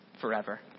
forever